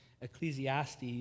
Ecclesiastes